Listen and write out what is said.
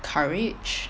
courage